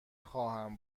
خواهم